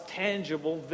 tangible